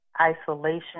isolation